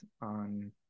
on